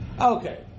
Okay